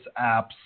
apps